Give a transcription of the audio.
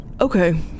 Okay